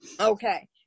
okay